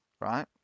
right